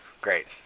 Great